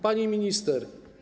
Pani Minister!